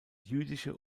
jüdische